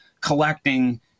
collecting